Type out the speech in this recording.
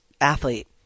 athlete